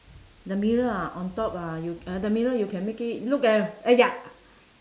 the mirror ah on top ah you the mirror you can make it look at uh ya